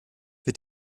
wird